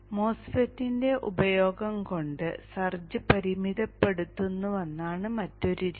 മോസ്ഫെറ്റിന്റെ ഉപയോഗം കൊണ്ട് സർജ് പരിമിതപ്പെടുത്തുന്നതാണ് മറ്റൊരു രീതി